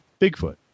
Bigfoot